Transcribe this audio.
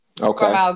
okay